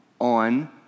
on